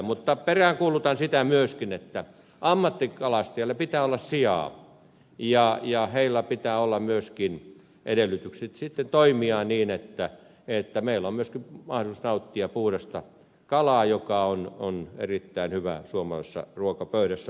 mutta peräänkuulutan sitä myöskin että ammattikalastajilla pitää olla sijaa ja heillä pitää olla myöskin edellytykset sitten toimia niin että meillä on myöskin mahdollisuus nauttia puhdasta kalaa joka on erittäin hyvää suomalaisessa ruokapöydässä